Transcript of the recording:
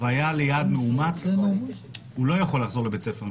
והיה ליד מאומת לא יכול לחזור לבית ספר,